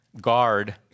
guard